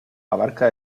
abarca